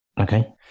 Okay